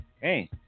Hey